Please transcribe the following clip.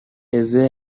essay